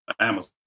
Amazon